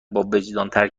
باوجدانتر